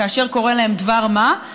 כאשר קורה להם דבר מה,